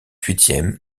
huitième